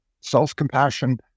self-compassion